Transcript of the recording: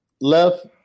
Left